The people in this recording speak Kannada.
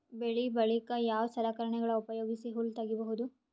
ಬೆಳಿ ಬಳಿಕ ಯಾವ ಸಲಕರಣೆಗಳ ಉಪಯೋಗಿಸಿ ಹುಲ್ಲ ತಗಿಬಹುದು?